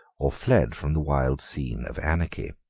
or fled from the wild scene of anarchy.